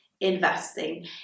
investing